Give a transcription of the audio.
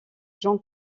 jean